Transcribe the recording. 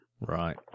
Right